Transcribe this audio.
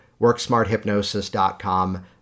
worksmarthypnosis.com